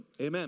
Amen